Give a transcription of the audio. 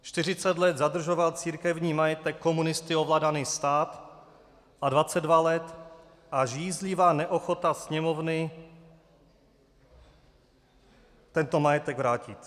Čtyřicet let zadržoval církevní majetek komunisty ovládaný stát a dvacet dva let až jízlivá neochota Sněmovny tento majetek vrátit.